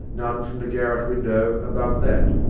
none from the garret window above that.